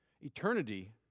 Eternity